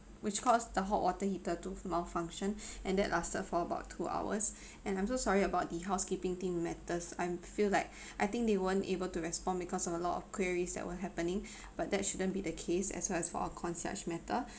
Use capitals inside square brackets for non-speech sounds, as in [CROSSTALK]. which caused the hot water heater to malfunction [BREATH] and that lasted for about two hours [BREATH] and I'm so sorry about the housekeeping team matters I'm feel like I think they weren't able to respond because of a lot of queries that were happening [BREATH] but that shouldn't be the case as well as for our concierge matter